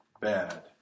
bad